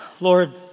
Lord